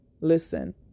Listen